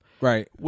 Right